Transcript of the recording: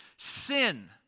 Sin